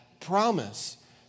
promise